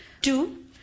two